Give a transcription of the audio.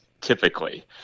typically